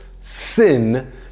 sin